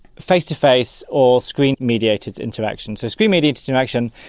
face-to-face or screen mediated interaction. so screen mediated interaction,